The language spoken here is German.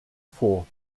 vor